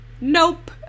nope